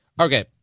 Okay